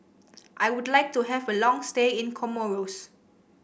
I would like to have a long stay in Comoros